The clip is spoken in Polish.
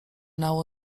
nało